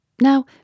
Now